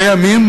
לימים,